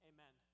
Amen